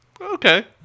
okay